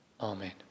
Amen